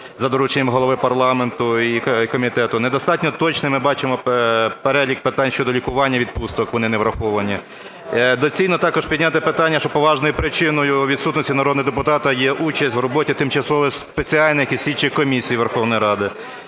за дорученням голови парламенту і комітету. Недостатньо точним ми бачимо перелік питань щодо лікування, відпусток, вони не враховані. Доцільно також підняти питання, що поважною причиною відсутності народного депутата є участь в роботі тимчасових спеціальних і слідчих комісій Верховної Ради,